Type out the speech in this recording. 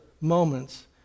moments